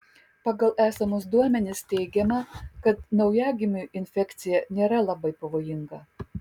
pagal esamus duomenis teigiama kad naujagimiui infekcija nėra labai pavojinga